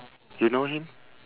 you know him